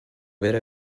vera